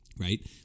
Right